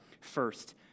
first